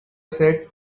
said